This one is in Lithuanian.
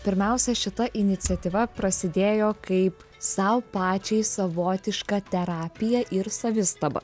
pirmiausia šita iniciatyva prasidėjo kaip sau pačiai savotiška terapija ir savistaba